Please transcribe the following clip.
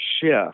shift